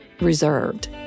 reserved